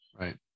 Right